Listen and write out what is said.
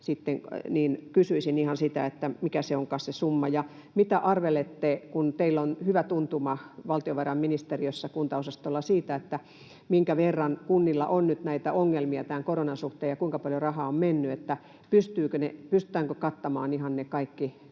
Kysyisin ihan sitä, mikä onkaan se summa. Entä mitä arvelette, kun teillä on hyvä tuntuma valtiovarainministeriössä kuntaosastolla siihen, minkä verran kunnilla nyt on näitä ongelmia koronan suhteen ja kuinka paljon rahaa on mennyt, pystytäänkö kattamaan ihan ne kaikki